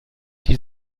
die